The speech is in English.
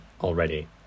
already